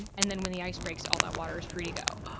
and then when the ice breaks, all that water is free to go.